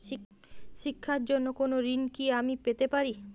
শিক্ষার জন্য কোনো ঋণ কি আমি পেতে পারি?